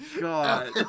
God